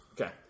Okay